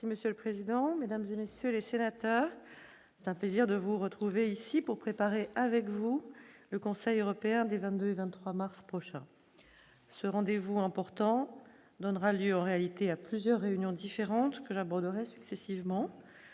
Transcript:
Merci monsieur le président, Mesdames et messieurs les sénateurs, c'est un plaisir de vous retrouver ici pour préparer, avec vous, le Conseil européen des 22 3 mars prochain ce rendez-vous important donnera lieu en réalité à plusieurs réunions différentes que j'aborderai successivement